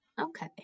Okay